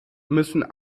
müssen